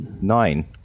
nine